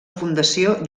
fundació